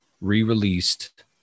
re-released